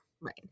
Right